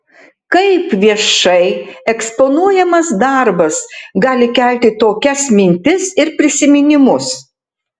kaip viešai eksponuojamas darbas gali kelti tokias mintis ir prisiminimus